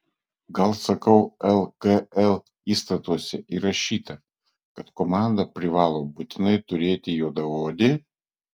gal sakau lkl įstatuose įrašyta kad komanda privalo būtinai turėti juodaodį